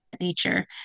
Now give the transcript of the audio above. nature